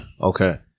Okay